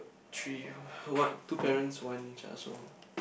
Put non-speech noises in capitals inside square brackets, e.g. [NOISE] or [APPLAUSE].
three [BREATH] what two parents one threshold